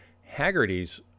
haggerty's